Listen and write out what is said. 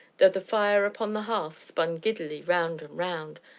though the fire upon the hearth spun giddily round and round,